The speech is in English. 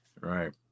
Right